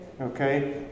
Okay